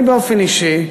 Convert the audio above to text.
אני באופן אישי,